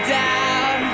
down